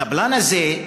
הקבלן הזה,